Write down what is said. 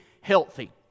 healthy